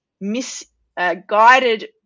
misguided